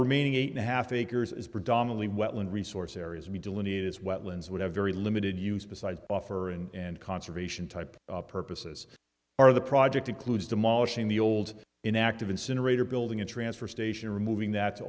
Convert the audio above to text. remaining eight and a half acres is predominately wetland resource areas we delineate is wetlands would have very limited use besides offer and conservation type purposes are the project includes demolishing the old inactive incinerator building a transfer station